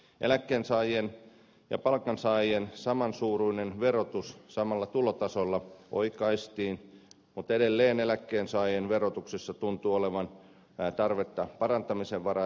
eläkkeensaajien ja palkansaajien samansuuruinen verotus samalla tulotasolla oikaistiin mutta edelleen eläkkeensaajien verotuksessa tuntuu olevan parantamisen varaa